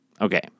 Okay